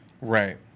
right